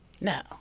No